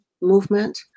movement